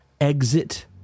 exit